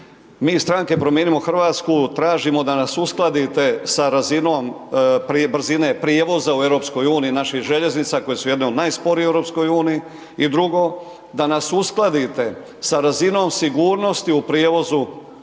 iz Stranke Promijenimo Hrvatsku tražimo da nas uskladite sa razinom brzine prijevoza u EU naših željeznica koje su jedne od najsporijih u EU. I drugo da nas uskladite sa razinom sigurnosti u prijevozu